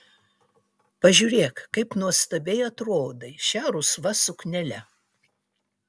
pažiūrėk kaip nuostabiai atrodei šia rusva suknele